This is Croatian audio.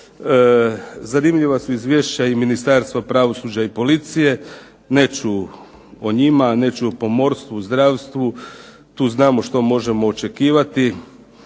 Zanimljiva su izvješća Ministarstva pravosuđa i policije, neću o njima, neću o pomorstvu, zdravstvu, tu znamo što možemo očekivati,